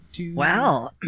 Wow